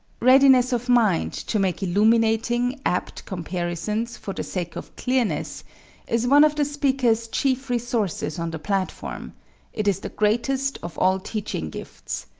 readiness of mind to make illuminating, apt comparisons for the sake of clearness is one of the speaker's chief resources on the platform it is the greatest of all teaching gifts.